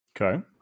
okay